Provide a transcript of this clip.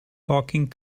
talking